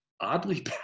oddly